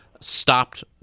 stopped